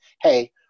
hey